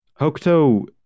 Hokuto